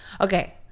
okay